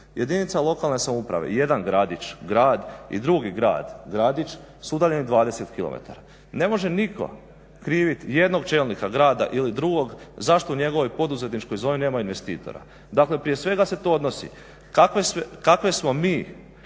Jedina lokalne samouprave jedan gradić, grad i drugi grad, gradić su udaljeni 20 km. Ne može nitko kriviti jednog čelnika grada ili drugog zašto u njegovoj poduzetničkoj zoni nema investitora. Dakle, prije svega se to odnosi kakve smo mi